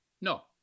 No